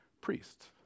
priests